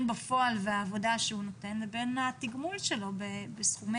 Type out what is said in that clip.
בפועל ולבין העבודה שהוא נותן לבין התגמול שלו בכסף.